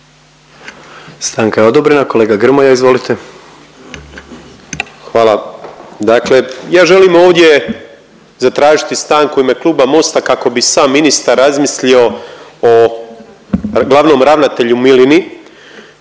Stanka je odobrena. Kolega Grmoja izvolite. **Grmoja, Nikola (MOST)** Hvala. Dakle ja želim ovdje zatražiti stanku u ime Kluba Mosta kako bi sam ministar razmislio o glavnom ravnatelju Milini